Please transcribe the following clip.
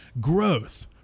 growth